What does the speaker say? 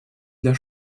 для